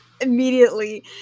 immediately